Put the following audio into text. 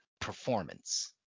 performance